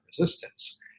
resistance